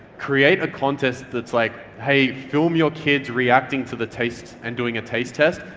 create a contest that's like, hey film your kids reacting to the taste and doing a taste-test,